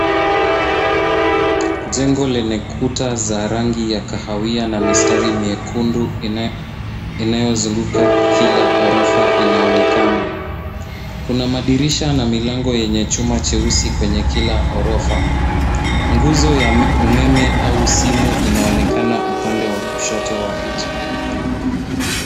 Jengo lenye ukuta wa rangi ya kahawia na mistari midogo ya nyekundu inayozunguka kila orofa linaonekana. Kila orofa lina madirisha na milango ya chuma nyeusi. Nguzo ya umeme au ya simu inaonekana upande wa kushoto wa picha.